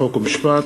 חוק ומשפט.